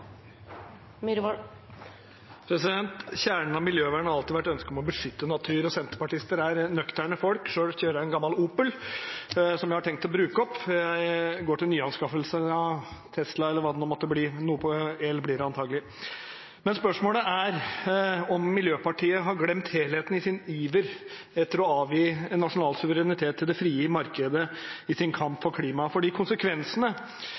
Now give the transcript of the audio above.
nøkterne folk. Selv kjører jeg en gammel Opel, som jeg har tenkt å bruke opp før jeg går til nyanskaffelse av en Tesla eller hva det måtte bli. Noe på el blir det antagelig. Spørsmålet er om Miljøpartiet De Grønne har glemt helheten i sin iver etter å avgi nasjonal suverenitet til det frie markedet i sin kamp for klimaet. For konsekvensene